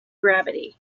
gravity